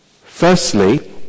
Firstly